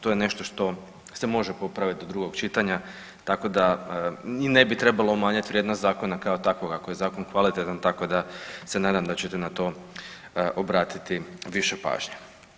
To je nešto što se može popraviti do drugog čitanja, tako da i ne bi trebalo umanjit vrijednost zakona kao takvog ako je zakon kvalitetan, tako da se nadam da ćete na to obratiti više pažnje.